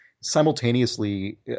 simultaneously